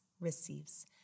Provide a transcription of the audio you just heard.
receives